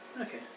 Okay